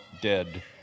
dead